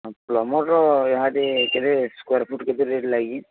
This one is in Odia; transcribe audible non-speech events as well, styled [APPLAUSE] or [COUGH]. ହଁ ପ୍ଲମ୍ବର [UNINTELLIGIBLE] କେତେ ସ୍କୋୟାର ଫୁଟ୍ କେତେ ରେଟ୍ ଲାଗି